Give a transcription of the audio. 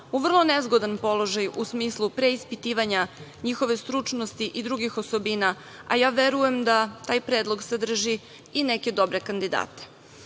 u vrlo nezgodan položaj u smislu preispitivanja njihove stručnosti i drugih osobina, a ja verujem da taj predlog sadrži i neke dobre kandidate. Ovakvom